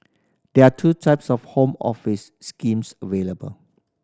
there are two types of Home Office schemes available